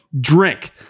drink